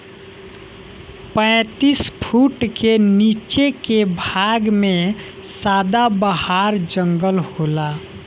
पैतीस फुट के नीचे के भाग में सदाबहार जंगल होला